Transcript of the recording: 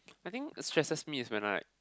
I think the stresses me is when I